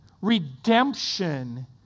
Redemption